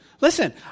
Listen